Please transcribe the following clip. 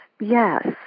Yes